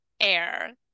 air